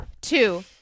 Two